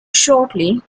shortly